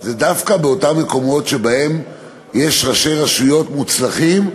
הם דווקא אותם מקומות שבהם יש ראשי רשויות מוצלחים,